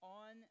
on